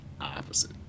opposite